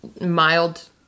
mild